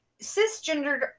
cisgendered